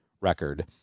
record